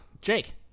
Jake